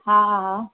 हा हा